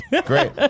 Great